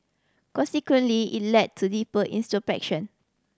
consequently it led to deeper introspection